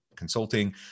consulting